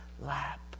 lap